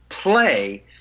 play